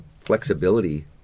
flexibility